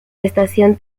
estación